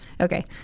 Okay